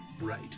right